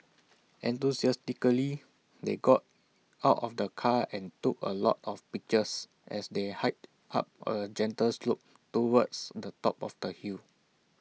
enthusiastically they got out of the car and took A lot of pictures as they hiked up A gentle slope towards the top of the hill